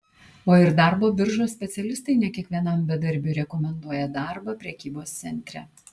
o ir darbo biržos specialistai ne kiekvienam bedarbiui rekomenduoja darbą prekybos centre